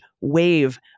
wave